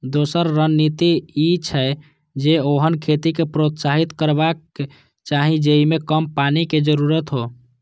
दोसर रणनीति ई छै, जे ओहन खेती कें प्रोत्साहित करबाक चाही जेइमे कम पानिक जरूरत हो